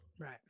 Right